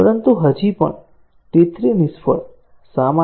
પરંતુ હજુ પણ T 3 નિષ્ફળ શા માટે